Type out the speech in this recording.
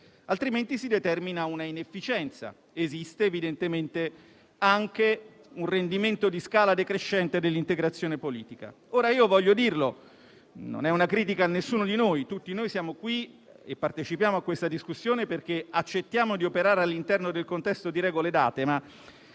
altrimenti si determina una inefficienza. Esiste evidentemente anche un rendimento di scala decrescente dell'integrazione politica. Ora, pur precisando che non è una critica a nessuno di noi, visto che siamo tutti qui e partecipiamo alla discussione perché accettiamo di operare all'interno di un contesto di regole date,